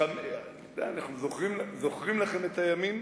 אנחנו זוכרים לכם את הימים